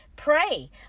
Pray